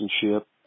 citizenship